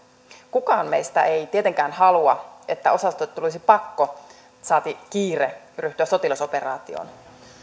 kukaan meistä ei tietenkään halua että osastolle tulisi pakko saati kiire ryhtyä sotilasoperaatioon